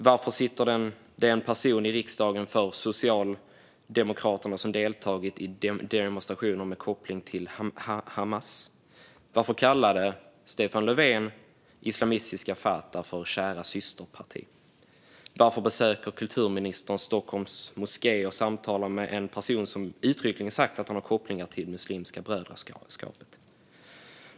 Varför sitter en person för Socialdemokraterna i riksdagen som har deltagit i demonstrationer med koppling till Hamas? Varför kallade Stefan Löfven islamistiska al-Fatah för "kära systerparti"? Varför besöker kulturministern Stockholms moské och samtalar med en person som uttryckligen har sagt att han har kopplingar till Muslimska brödraskapet?